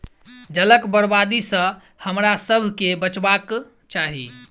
जलक बर्बादी सॅ हमरासभ के बचबाक चाही